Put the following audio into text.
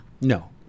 no